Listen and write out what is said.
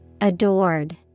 Adored